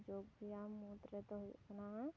ᱡᱳᱜᱽ ᱵᱮᱭᱟᱢ ᱢᱩᱫᱽ ᱨᱮᱫᱚ ᱦᱩᱭᱩᱜ ᱠᱟᱱᱟ